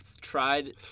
tried